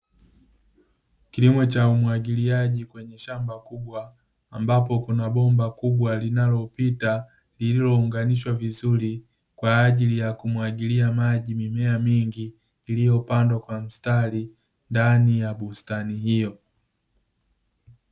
Kilimo cha umwagiliaji kwenye shamba kubwa, ambapo kuna bomba kubwa linalopita lililounganishwa vizuri, kwa ajili ya kumwagilia maji mimea mingi, iliyopandwa kwa mstari ndani ya bustani hiyo.